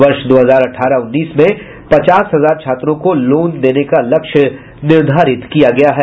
वर्ष दो हजार अठारह उन्नीस में पचास हजार छात्रों को लोन देने का लक्ष्य निर्धारित किया है